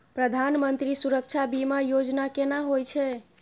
प्रधानमंत्री सुरक्षा बीमा योजना केना होय छै?